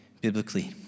biblically